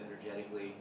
energetically